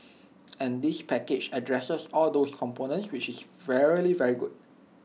and this package addresses all those components which is very very good